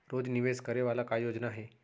रोज निवेश करे वाला का योजना हे?